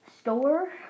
store